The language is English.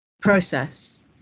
process